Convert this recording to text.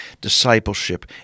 discipleship